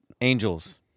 Angels